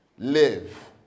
live